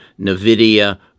NVIDIA